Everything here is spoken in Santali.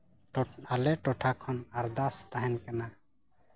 ᱟᱞᱮ ᱴᱚᱴᱷᱟ ᱠᱷᱚᱱ ᱟᱨᱫᱟᱥ ᱛᱟᱦᱮᱱ ᱠᱟᱱᱟ